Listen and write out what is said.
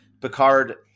Picard